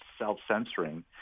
self-censoring